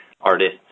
artists